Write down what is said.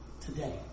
Today